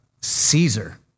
Caesar